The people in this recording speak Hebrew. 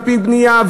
מקפיא בנייה,